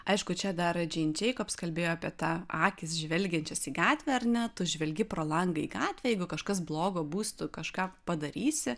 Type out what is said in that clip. aišku čia dar džein deikobs kalbėjo apie tą akys žvelgiančios į gatvę ar ne tu žvelgi pro langą į gatvę jeigu kažkas blogo bus tu kažką padarysi